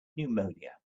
pneumonia